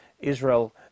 Israel